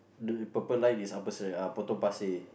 dude purple line is upper Serang~ Potong-Pasir